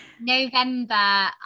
November